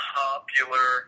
popular